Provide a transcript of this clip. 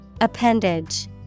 Appendage